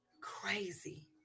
crazy